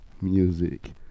music